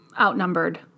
outnumbered